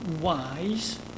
wise